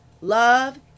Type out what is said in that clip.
love